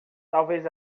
talvez